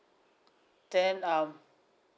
then um